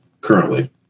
currently